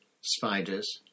spiders